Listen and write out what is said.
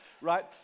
right